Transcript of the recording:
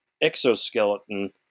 exoskeleton